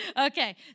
Okay